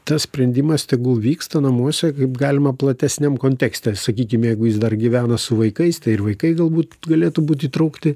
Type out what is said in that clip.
tas sprendimas tegul vyksta namuose kaip galima platesniam kontekste sakykim jeigu jis dar gyvena su vaikais tai ir vaikai galbūt galėtų būt įtraukti